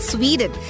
Sweden